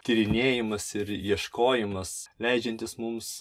tyrinėjimas ir ieškojimas leidžiantis mums